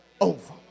over